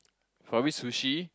for me sushi